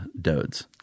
Dodes